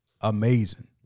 amazing